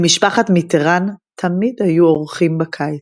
למשפחת מיטראן תמיד היו אורחים בקיץ,